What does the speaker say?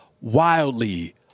wildly